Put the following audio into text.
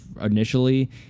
initially